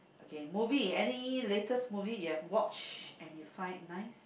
okay movie any latest movie you've watch and you find it nice